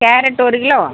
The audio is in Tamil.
கேரட் ஒரு கிலோ